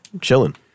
chilling